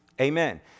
Amen